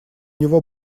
него